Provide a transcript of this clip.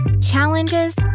challenges